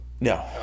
No